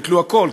ביטלו הכול.